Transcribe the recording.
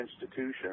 institution